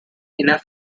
enough